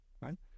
right